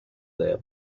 their